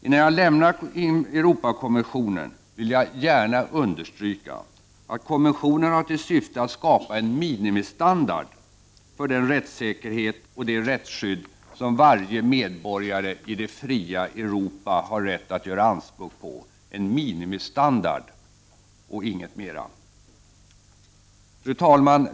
Innan jag lämnar Europakonventionen vill jag understryka att konventionen har till syfte att skapa en minimistandard för den rättssäkerhet och det rättsskydd som varje medborgare i det fria Europa har rätt att göra anspråk på, en minimistandard och inget mera. Fru talman!